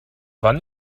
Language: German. wann